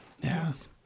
Yes